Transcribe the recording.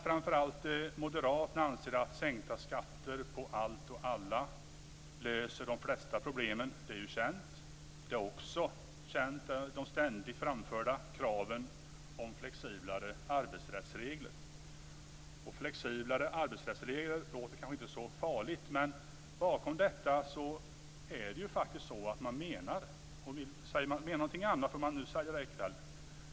Framför allt moderaterna anser att sänkta skatter på allt och alla löser de flesta problemen. Det är känt. De ständigt framförda kraven om flexiblare arbetsrättsregler är också kända. Flexiblare arbetsrättsregler låter kanske inte så farligt. Men man menar faktiskt någonting annat, och man säger det nu i kväll.